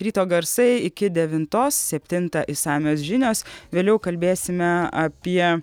ryto garsai iki devintos septintą išsamios žinios vėliau kalbėsime apie